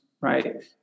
right